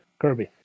Kirby